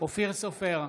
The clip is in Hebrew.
אופיר סופר,